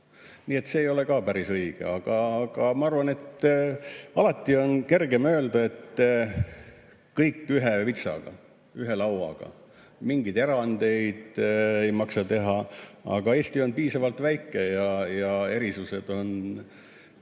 See ka ei ole ka päris õige. Ma arvan, et alati on kergem öelda, et kõik ühe vitsaga, ühe lauaga, mingeid erandeid ei maksa teha, aga Eesti on piisavalt väike, meil on